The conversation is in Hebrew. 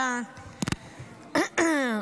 אינו נוכח.